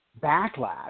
backlash